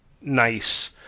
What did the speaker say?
nice